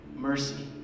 mercy